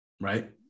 right